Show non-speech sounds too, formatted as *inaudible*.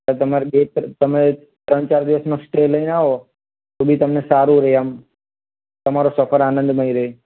તમારે *unintelligible* તમે ત્રણ ચાર દિવસનો સ્ટે લઈને આવો તો બી તમને સારું રહે આમ તમારો સફર આનંદમય રહે